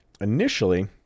initially